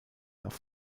nach